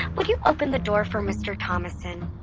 would you open the door for mister thomassen?